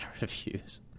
reviews